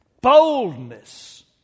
boldness